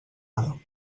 hora